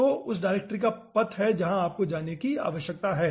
तो यह उस डायरेक्टरी का पथ है जहाँ आपको जाने की आवश्यकता है